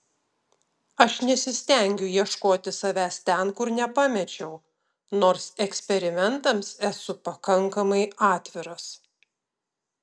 aš nesistengiu ieškoti savęs ten kur nepamečiau nors eksperimentams esu pakankamai atviras